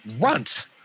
runt